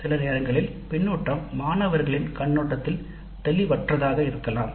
சில நேரங்களில் பின்னூட்டம் மாணவர்களின் கண்ணோட்டத்தில் தெளிவற்றதாக இருக்கலாம்